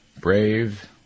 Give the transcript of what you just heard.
brave